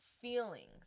feelings